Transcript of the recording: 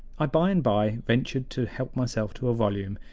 i by-and-by ventured to help myself to a volume,